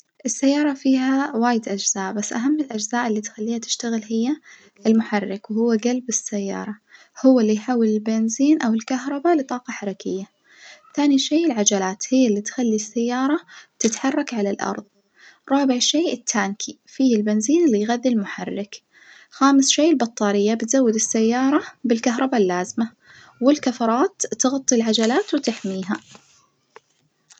السيارة فيها وايد أجزاء، بس أهم الأجزاء اللي تخليها تشتغل هي المحرك وهو جلب السيارة هو اليحول البنزين أو الكهربا لطاقة حركية، ثاني شي العجلات هي التخلي السيارة تتحرك على الأرض، رابع شي التانكي فيه البنزين اليغذي المحرك، خامس شي البطارية بتزود السيارة بالكهربا اللازمة، والكفرات تغطي العجلات وتحميها.